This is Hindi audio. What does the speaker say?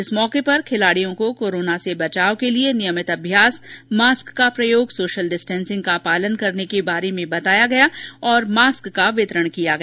इस अवसर पर खिलाडियों को कोरोना से बचाव के लिए नियमित अभ्यास मास्क का प्रयोग सोशल डिस्टेन्सिंग का पालन करने के बारे में बताया गया और मास्क का वितरण किया गया